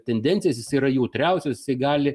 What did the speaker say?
tendencijas jis yra jautriausias jisai gali